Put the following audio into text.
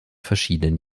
verschiedenen